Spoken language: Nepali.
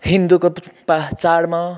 हिन्दूको चाडमा